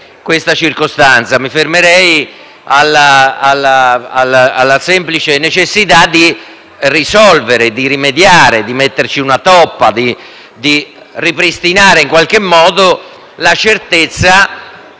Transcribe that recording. mi fermerei alla semplice necessità di risolvere, di rimediare, di metterci una toppa, di ripristinare in qualche modo la certezza